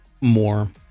more